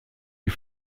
die